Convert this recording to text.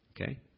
Okay